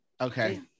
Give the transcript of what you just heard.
Okay